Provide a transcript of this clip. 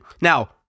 Now